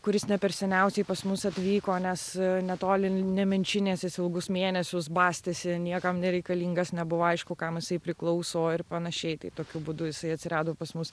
kuris ne per seniausiai pas mus atvyko nes netoli nemenčinės jis ilgus mėnesius bastėsi niekam nereikalingas nebuvo aišku kam jisai priklauso ir panašiai tai tokiu būdu jisai atsirado pas mus